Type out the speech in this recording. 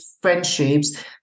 friendships